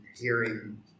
hearing